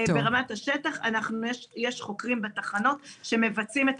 ברמת הזרוע יש חוקרים בתחנות שמבצעים את